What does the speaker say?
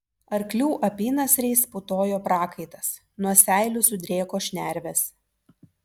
arklių apynasriais putojo prakaitas nuo seilių sudrėko šnervės